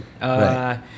Right